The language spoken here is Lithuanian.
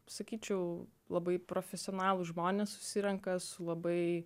sakyčiau labai profesionalūs žmonės susirenka su labai